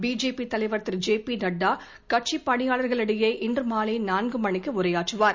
BJP தலைவர் திரு J P Nadda கட்சி பணியாளர்களிடையே இன்று மாலை நான்கு மணிக்கு உரையாற்றுவார்